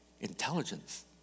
intelligence